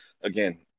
again